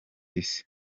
isi